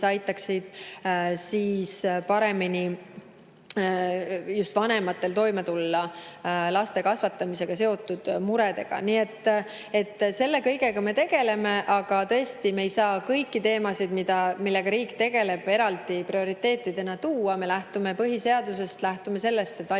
peaksid aitama vanematel paremini toime tulla laste kasvatamisega seotud muredega. Selle kõigega me tegeleme, aga tõesti, me ei saa kõiki teemasid, millega riik tegeleb, eraldi prioriteetidena esile tuua. Me lähtume põhiseadusest, lähtume sellest, et valitsus